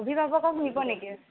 অভিভাৱকক নিব নেকি